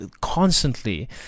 constantly